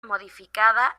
modificada